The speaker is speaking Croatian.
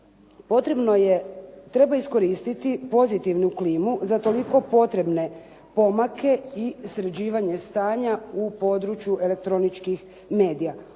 treba iskoristiti pozitivnu klimu za toliko potrebne pomake i sređivanje stanja u području elektroničkih medija.